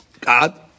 God